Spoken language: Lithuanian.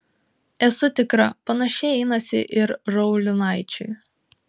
esu tikra panašiai einasi ir raulinaičiui